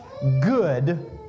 good